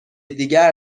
دیگر